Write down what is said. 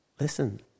listen